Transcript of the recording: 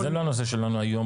זה לא הנושא שלנו היום